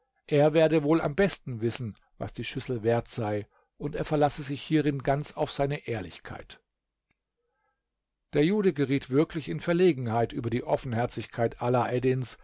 er werde wohl am besten wissen was die schüssel wert sei und er verlasse sich hierin ganz auf seine ehrlichkeit der jude geriet wirklich in verlegenheit über die offenherzigkeit